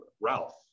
Ralph